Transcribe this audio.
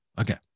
Okay